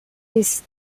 his